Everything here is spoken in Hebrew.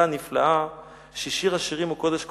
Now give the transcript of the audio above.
הנפלאה ששיר השירים הוא קודש קודשים,